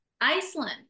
Iceland